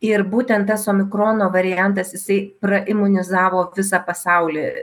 ir būtent tas omikrono variantas jisai praimunizavo visą pasaulį